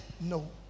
No